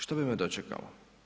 Što bi me dočekalo?